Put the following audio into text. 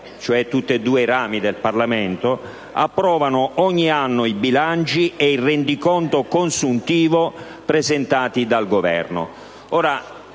(cioè tutti e due i rami del Parlamento) «approvano ogni anno i bilanci e il rendiconto consuntivo presentati dal Governo».